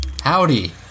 Howdy